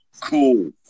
cool